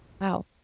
Wow